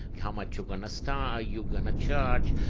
how much you going to start, you going to charge?